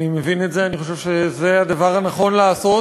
אני מבין את זה, אני חושב שזה הדבר הנכון לעשות.